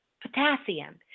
potassium